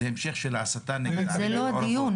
זה המשך של ההסתה נגד --- אבל זה לא הדיון.